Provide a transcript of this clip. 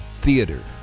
theater